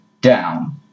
down